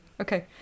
Okay